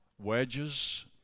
wedges